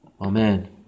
Amen